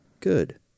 good